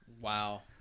Wow